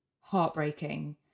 heartbreaking